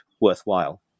worthwhile